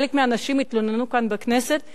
חלק מהאנשים כאן בכנסת התלוננו,